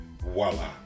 Voila